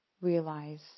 realize